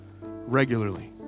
regularly